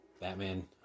Batman